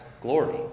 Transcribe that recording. glory